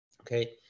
Okay